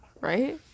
Right